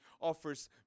offers